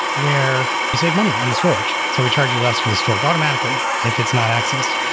where you save money on the storage. so we charge you less for the storage automatically if it's not accessed.